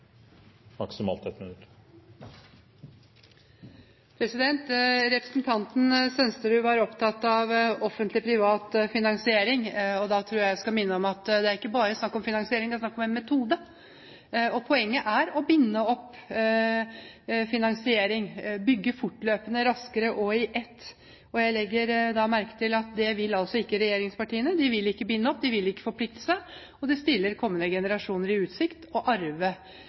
minutt. Representanten Sønsterud var opptatt av offentlig-privat finansiering. Da tror jeg at jeg skal minne om at det er ikke bare snakk om finansiering, det er snakk om en metode. Poenget er å binde opp finansiering, bygge fortløpende, raskere og i ett. Og jeg legger da merke til at det vil ikke regjeringspartiene – de vil ikke binde opp, de vil ikke forplikte seg. Det stiller kommende generasjoner i utsikt å arve